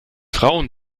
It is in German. frauen